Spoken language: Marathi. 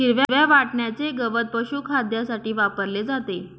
हिरव्या वाटण्याचे गवत पशुखाद्यासाठी वापरले जाते